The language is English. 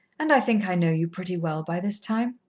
and i think i know you pretty well by this time.